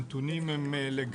היום,